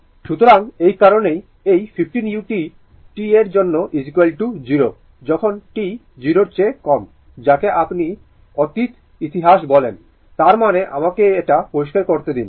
সুতরাং এই কারণেই এই 15 u t এর জন্য 0 যখন t 0 এর চেয়ে কম যাকে আপনি অতীত ইতিহাস বলেন তার মানে আমাকে এটা পরিষ্কার করতে দিন